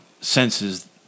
senses